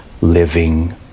living